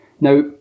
now